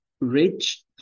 rich